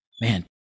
Man